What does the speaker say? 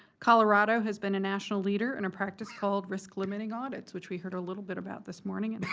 colorado has been a national leader in a practice called risk-limiting audits, which we heard a little bit about this morning. and